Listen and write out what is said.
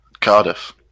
Cardiff